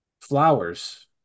Flowers